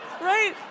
right